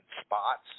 spots